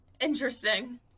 Interesting